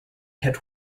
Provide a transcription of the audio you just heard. had